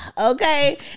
Okay